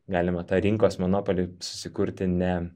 galima tą rinkos monopolį susikurti ne